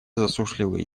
засушливые